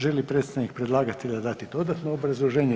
Želi li predstavnik predlagatelja dati dodatno obrazloženje?